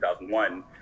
2001